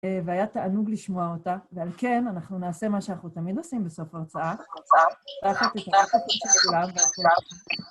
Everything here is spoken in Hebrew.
והיה תענוג לשמוע אותה. ועל כן, אנחנו נעשה מה שאנחנו תמיד עושים בסוף ההרצאה